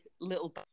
little